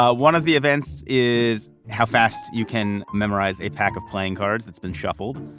ah one of the events is how fast you can memorize a pack of playing cards. it's been shuffled.